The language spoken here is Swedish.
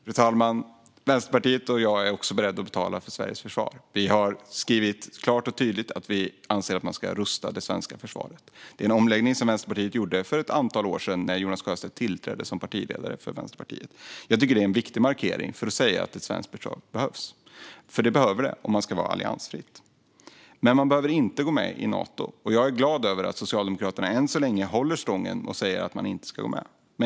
Fru talman! Vänsterpartiet och jag är också beredda att betala för Sveriges försvar. Vi har skrivit klart och tydligt att vi anser att man ska rusta det svenska försvaret. Det är en omläggning som Vänsterpartiet gjorde för ett antal år sedan när Jonas Sjöstedt tillträdde som partiledare för Vänsterpartiet. Jag tycker att det är en viktig markering som säger att ett svenskt försvar behövs. För det gör det om Sverige ska vara alliansfritt. Men man behöver inte gå med i Nato, och jag är glad över att Socialdemokraterna än så länge håller detta stången och säger att man inte ska gå med.